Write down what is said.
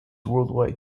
worldwide